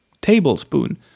tablespoon